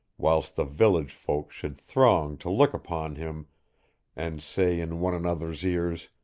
whilst the village folk should throng to look upon him and say in one another's ears,